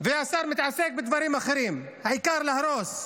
והשר מתעסק בדברים אחרים, העיקר להרוס,